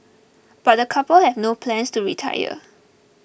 but the couple have no plans to retire